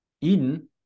eden